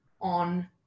on